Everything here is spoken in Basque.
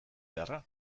beharra